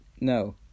no